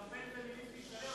את עשית קמפיין פמיניסטי שלם,